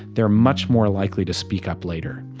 they're much more likely to speak up later.